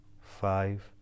five